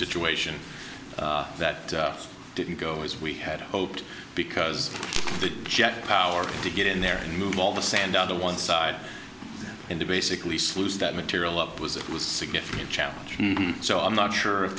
situation that didn't go as we had hoped because of the jets or to get in there and move all the sand on the one side and to basically slews that material up was it was significant challenge so i'm not sure if